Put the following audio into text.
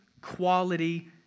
quality